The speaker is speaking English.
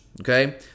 okay